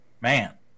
man